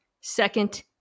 second